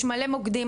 יש מלא מוקדים,